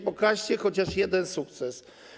Pokażcie chociaż jeden sukces.